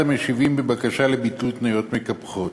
המשיבים בבקשה לביטול תניות מקפחות.